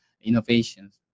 innovations